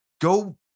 go